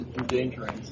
endangering